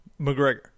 McGregor